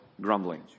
grumbling